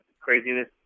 craziness